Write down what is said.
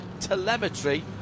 telemetry